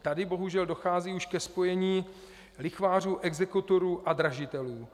Tady bohužel dochází už ke spojení lichvářů, exekutorů a dražitelů.